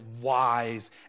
wise